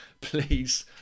Please